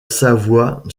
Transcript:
savoie